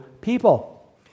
people